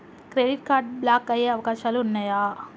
Credit card block అయ్యే అవకాశాలు ఉన్నయా?